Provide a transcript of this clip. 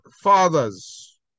fathers